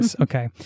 okay